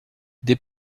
des